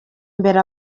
mbere